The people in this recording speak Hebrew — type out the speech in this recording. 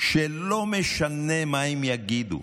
לא משנה מה הם יגידו,